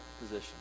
position